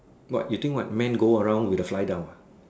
what you think what man go around with a fly down ah